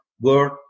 word